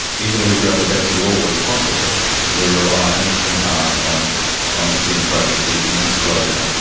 even if we drew up the best laws possible we're relying in part on honesty and probity in disclosure.